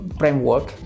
framework